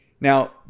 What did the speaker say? Now